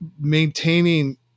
maintaining